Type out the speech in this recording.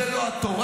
זה לא התורה,